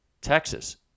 texas